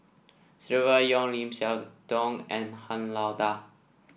Silvia Yong Lim Siah Tong and Han Lao Da